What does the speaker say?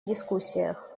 дискуссиях